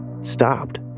stopped